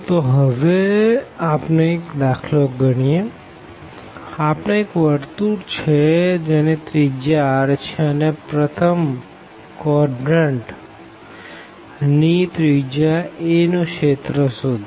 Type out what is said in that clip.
તો હવે આપણે દાખલો ગણીએ આપણે એક સર્કલ કે જેની રેડીઅસ r છે તેના ફર્સ્ટ કોડરન્ટ ની રેડીઅસ a નું રિજિયન શોધીએ